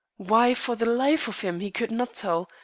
why, for the life of him, he could not tell,